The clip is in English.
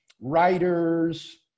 writers